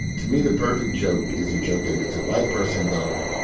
to me, the perfect joke is a joke that makes a white person go,